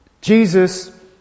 Jesus